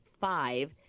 five